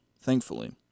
thankfully